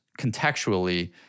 contextually